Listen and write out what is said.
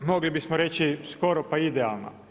Mogli bismo reći skoro pa idealna.